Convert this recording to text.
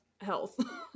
health